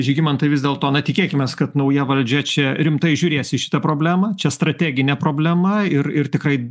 žygimantai vis dėlto na tikėkimės kad nauja valdžia čia rimtai žiūrės į šitą problemą čia strateginė problema ir ir tikrai